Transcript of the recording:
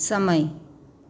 સમય